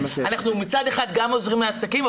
מצד אחד אנחנו גם עוזרים לעסקים,